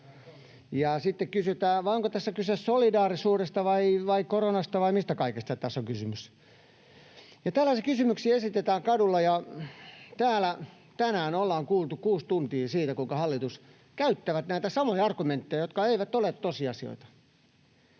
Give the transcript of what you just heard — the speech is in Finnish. sitten kysytään: onko tässä kyse solidaarisuudesta vai koronasta vai mistä kaikesta tässä on kysymys? Tällaisia kysymyksiä esitetään kadulla. Ja täällä tänään ollaan kuultu kuusi tuntia siitä, kuinka hallitus käyttää näitä samoja argumentteja, jotka eivät ole tosiasioita.